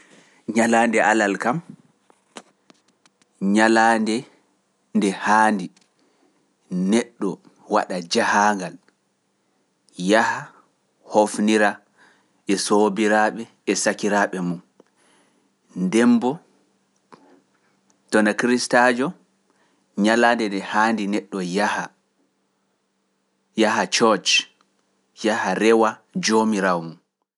Nyalaande alal kam, nyalaande nde haandi neɗɗo waɗa jahaangal, yaha hoofnira e soobiraaɓe e sakiraaɓe mum, ndemboo tona kiristaajo, nyalaande nde haandi neɗɗo yaha, yaha cooc, yaha rewa joomiraawo mum.